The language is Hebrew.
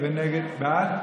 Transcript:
נגד המיצים האחרים.